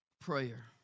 Prayer